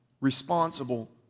responsible